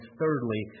thirdly